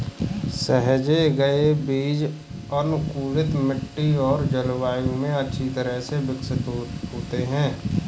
सहेजे गए बीज अनुकूलित मिट्टी और जलवायु में अच्छी तरह से विकसित होते हैं